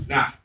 Now